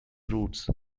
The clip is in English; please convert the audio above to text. routes